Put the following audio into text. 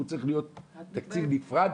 והוא צריך להיות תקציב נפרד,